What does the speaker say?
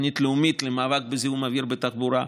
תוכנית לאומית למאבק בזיהום אוויר בתחבורה.